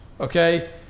Okay